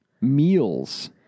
meals